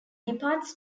departs